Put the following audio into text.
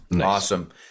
Awesome